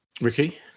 Ricky